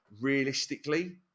Realistically